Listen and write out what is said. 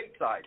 stateside